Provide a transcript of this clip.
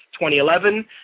2011